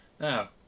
Now